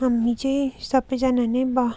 हामी चाहिँ सबैजना नै बा